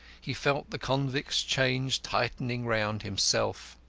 he felt the convict's chains tightening round himself.